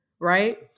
Right